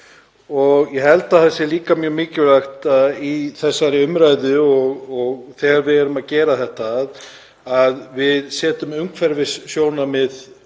Ég held að það sé líka mjög mikilvægt í þessari umræðu, þegar við erum að gera þetta, að við höfum umhverfissjónarmið